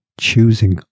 choosing